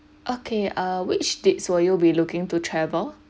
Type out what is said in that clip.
okay uh which dates were you be looking to travel